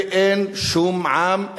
ואין שום עם,